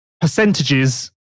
Percentages